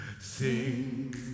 Sing